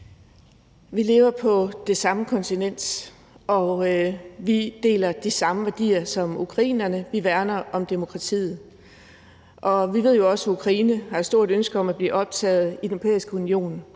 Vi lever på det samme kontinent, vi deler de samme værdier som ukrainerne, og vi værner om demokratiet. Vi ved jo også, at Ukraine har et stort ønske om at blive optaget i Den Europæiske Union,